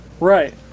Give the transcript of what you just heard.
right